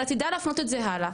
אלא תדע להפנות את זה הלאה,